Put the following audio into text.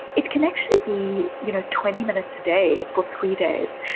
it can actually be you know twenty minutes a day for three days.